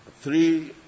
three